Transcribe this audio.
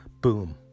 Boom